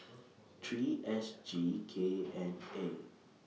three S G K N A